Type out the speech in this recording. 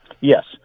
Yes